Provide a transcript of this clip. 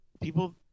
people